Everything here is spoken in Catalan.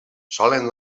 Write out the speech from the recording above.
solen